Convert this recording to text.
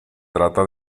trata